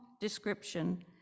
description